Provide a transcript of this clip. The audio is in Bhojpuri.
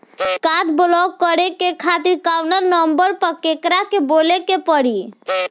काड ब्लाक करे खातिर कवना नंबर पर केकरा के बोले के परी?